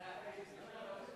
הוא פשוט כנראה נהנה,